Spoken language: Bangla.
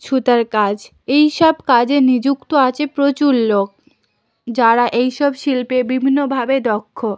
সুতোর কাজ এই সব কাজে নিযুক্ত আছে প্রচুর লোক যারা এই সব শিল্পে বিভিন্নভাবে দক্ষ